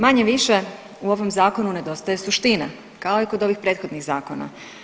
Manje-više u ovom zakonu nedostaje suština kao i kod ovih prethodnih zakona.